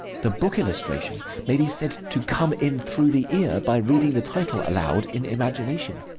the book illustration may be said to come in through the ear, by reading the title aloud in imagination.